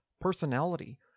personality